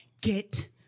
get